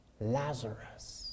Lazarus